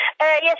Yes